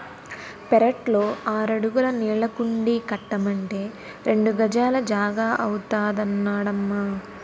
పెరట్లో ఆరడుగుల నీళ్ళకుండీ కట్టమంటే రెండు గజాల జాగా అవుతాదన్నడమ్మా